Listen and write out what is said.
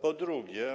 Po drugie,